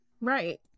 Right